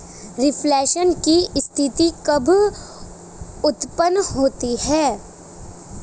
Reflation की स्थिति कब उत्पन्न होती है?